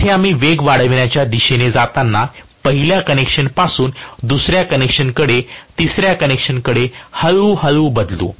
येथे आम्ही वेग वाढविण्याच्या दिशेने जाताना पहिल्या कनेक्शनपासून दुसर्या कनेक्शनकडे तिसऱ्या कनेक्शनकडे हळू हळू बदलू